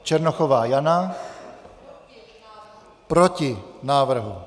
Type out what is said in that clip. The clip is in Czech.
Černochová Jana: Proti návrhu.